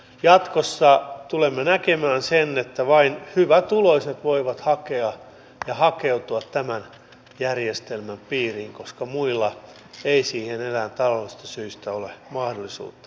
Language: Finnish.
jatkossa tulemme näkemään sen että vain hyvätuloiset voivat hakea ja hakeutua tämän järjestelmän piiriin koska muilla ei siihen enää taloudellisista syistä ole mahdollisuutta